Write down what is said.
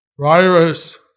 virus